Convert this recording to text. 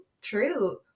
true